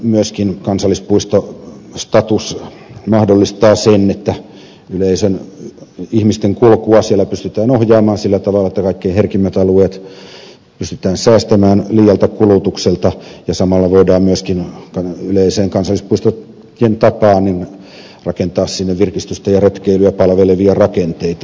myöskin kansallispuistostatus mahdollistaa sen että ihmisten kulkua siellä pystytään ohjaamaan sillä tavalla että kaikkein herkimmät alueet pystytään säästämään liialta kulutukselta ja samalla voidaan myöskin yleiseen kansallispuistojen tapaan rakentaa sinne virkistystä ja retkeilyä palvelevia rakenteita